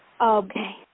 Okay